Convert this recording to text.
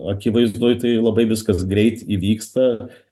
akivaizdoj tai labai viskas greit įvyksta